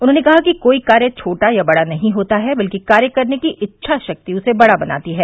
उन्होंने कहा कि कोई कार्य छोटा या बड़ा नहीं होता है बल्कि कार्य करने की इच्छाशक्ति उसे बड़ा बनाती है